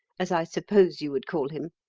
as i suppose you would call him,